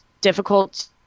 difficult